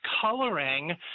coloring